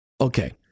Okay